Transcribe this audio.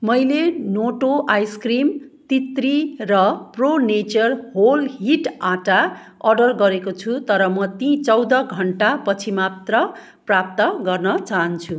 मैले Noto ice cream तित्री र प्रो नेचर होल ह्विट आँटा अर्डर गरेको छु तर म ती चौध घन्टा पछि मात्र प्राप्त गर्न चाहन्छु